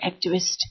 activist